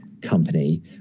company